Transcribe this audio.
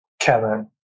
Kevin